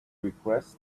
request